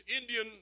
Indian